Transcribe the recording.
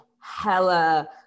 hella